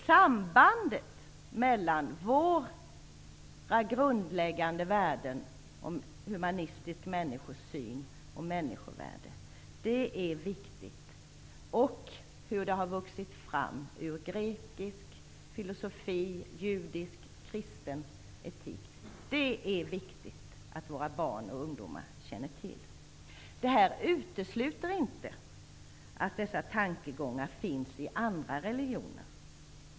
Sambandet mellan våra grundläggande värden om humanistisk människosyn och människovärde är viktigt, och det är viktigt att våra barn och ungdomar känner till hur det har vuxit fram ur grekisk filosofi och judisk kristen etik. Detta utesluter inte att dessa tankegångar finns i andra religioner.